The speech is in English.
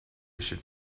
should